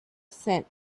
sent